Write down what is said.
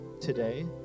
today